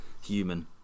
human